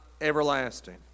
everlasting